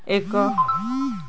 ଏକ